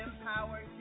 Empower